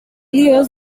years